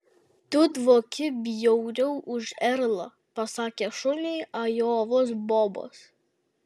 tu dvoki bjauriau už erlą pasakė šuniui ajovos bobas